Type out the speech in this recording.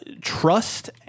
trust